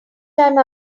time